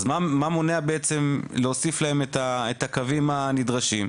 אז מה מונע בעצם להוסיף להם את הקווים הנדרשים,